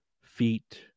feet